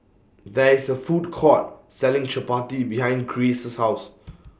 There IS A Food Court Selling Chapati behind Grayce's House